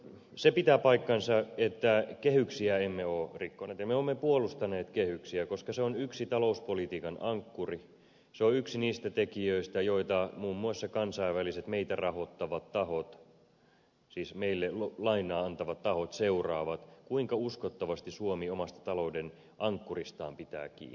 se pitää paikkansa että kehyksiä emme ole rikkoneet ja me olemme puolustaneet kehyksiä koska se on yksi talouspolitiikan ankkuri se on yksi niistä tekijöistä joita muun muassa kansainväliset meitä rahoittavat tahot siis meille lainaa antavat tahot seuraavat kuinka uskottavasti suomi omasta talouden ankkuristaan pitää kiinni